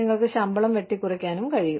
നിങ്ങൾക്ക് ശമ്പളം വെട്ടിക്കുറയ്ക്കാൻ കഴിയും